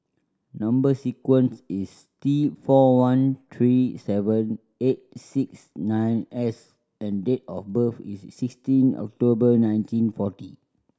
number sequence is T four one three seven eight six nine S and date of birth is sixteen October nineteen forty